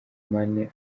mane